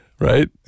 Right